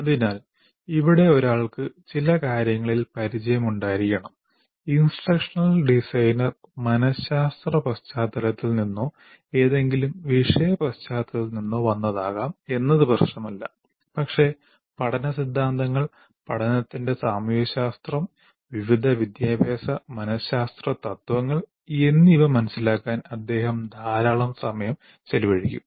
അതിനാൽ ഇവിടെ ഒരാൾക്ക് ചില കാര്യങ്ങളിൽ പരിചയമുണ്ടായിരിക്കണം ഇൻസ്ട്രക്ഷണൽ ഡിസൈനർ മനഃശ്ശാസ്ത്ര പശ്ചാത്തലത്തിൽ നിന്നോ ഏതെങ്കിലും വിഷയ പശ്ചാത്തലത്തിൽ നിന്നോ വന്നതാകാം എന്നത് പ്രശ്നമല്ല പക്ഷേ പഠന സിദ്ധാന്തങ്ങൾ പഠനത്തിന്റെ സാമൂഹ്യശാസ്ത്രം വിവിധ വിദ്യാഭ്യാസ മനഃശ്ശാസ്ത്ര തത്ത്വങ്ങൾ എന്നിവ മനസിലാക്കാൻ അദ്ദേഹം ധാരാളം സമയം ചെലവഴിക്കും